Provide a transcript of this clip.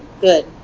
good